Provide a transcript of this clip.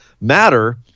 matter